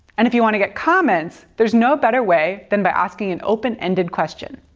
and if you want to get comments, there's no better way than by asking an open-ended questions.